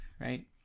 right